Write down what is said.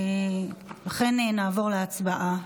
לכן נעבור להצבעה.